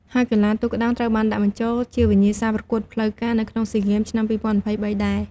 ហើយកីឡាទូកក្ដោងត្រូវបានដាក់បញ្ចូលជាវិញ្ញាសាប្រកួតផ្លូវការនៅក្នុងស៊ីហ្គេមឆ្នាំ២០២៣ដែរ។